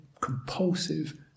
compulsive